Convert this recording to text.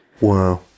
Wow